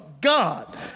God